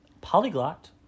polyglot